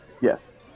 Yes